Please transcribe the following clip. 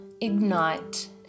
ignite